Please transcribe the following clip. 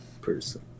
person